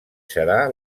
serà